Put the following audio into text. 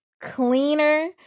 cleaner